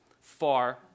far